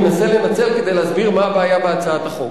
מנסה לנצל אותו כדי להסביר מה הבעיה בהצעת החוק.